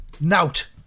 Nout